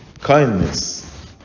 kindness